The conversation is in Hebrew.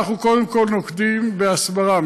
אנחנו קודם כול נוקטים הסברה,